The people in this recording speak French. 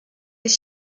les